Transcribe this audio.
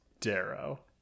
darrow